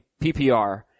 PPR